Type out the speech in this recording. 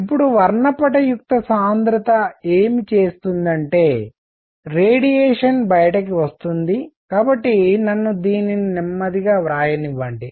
ఇప్పుడు వర్ణపటయుక్త సాంద్రత ఏమి చేస్తుందంటే రేడియేషన్ బయటకు వస్తుంది కాబట్టి నన్ను దీనిని నెమ్మదిగా వ్రాయనివ్వండి